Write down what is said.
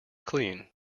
clean